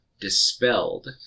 dispelled